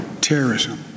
terrorism